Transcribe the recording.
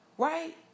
Right